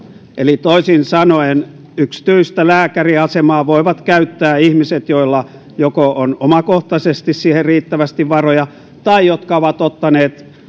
eli toisin sanoen yksityistä lääkäriasemaa voivat käyttää ihmiset joilla joko on omakohtaisesti siihen riittävästi varoja tai jotka ovat ottaneet